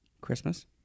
christmas